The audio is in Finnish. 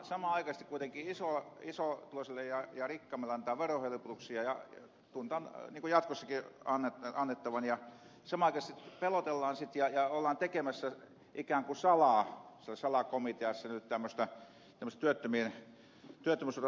samanaikaisesti kuitenkin isotuloisille ja rikkaimmille annetaan verohelpotuksia ja tunnutaan jatkossakin annettavan ja samanaikaisesti pelotellaan ja ollaan tekemässä ikään kuin salaa siellä salakomiteassa nyt tämmöistä työttömien työttömyysturvaleikkausoperaatiota